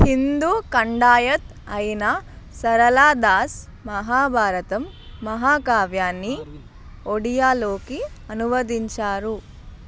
హిందూ ఖండాయత్ అయిన సరళా దాస్ మహాభారతం మహాకావ్యాన్ని ఒడియాలోకి అనువదించారు